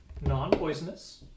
non-poisonous